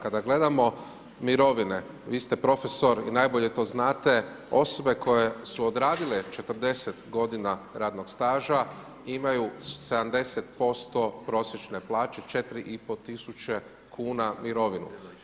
Kada gledamo mirovine, vi ste profesor i najbolje to znate, osobe koje su odradile 40 g. radnog staža imaju 70% prosječne plaće, 4500 kuna mirovinu.